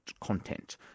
content